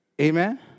Amen